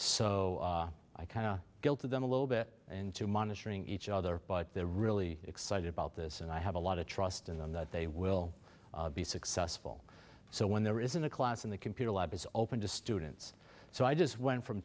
so i kind of guilt to them a little bit and to monitoring each other but they're really excited about this and i have a lot of trust in them that they will be successful so when there isn't a class in the computer lab is open to students so i just went from